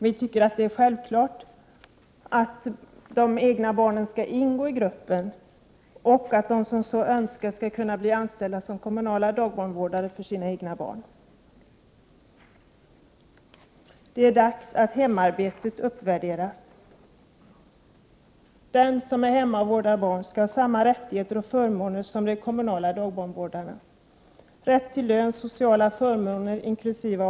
Vi tycker att det är självklart att de egna barnen skall ingå i gruppen och att de som så önskar skall kunna bli anställda som kommunala dagbarnvårdare för sina egna barn. Det är dags att hemarbetet uppvärderas. Den som är hemma och vårdar barn skall ha samma rättigheter och förmåner som de kommunala dagbarnvårdarna — rätt till lön, sociala förmåner inkl.